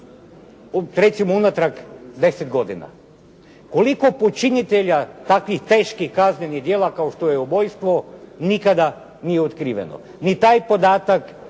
recimo unatrag 10 godina. Koliko počinitelja takvih teških kaznenih djela kao što je ubojstvo nikada nije otkriveno.